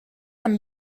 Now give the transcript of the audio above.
amb